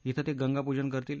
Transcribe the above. इथं ते गंगा पुजन करतील